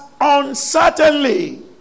uncertainly